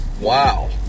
wow